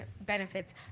benefits